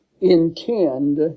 intend